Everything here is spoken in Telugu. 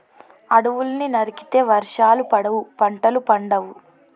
అడవుల్ని నరికితే వర్షాలు పడవు, పంటలు పండవు